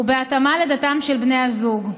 ובהתאמה לדתם של בני הזוג.